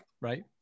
right